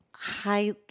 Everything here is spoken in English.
high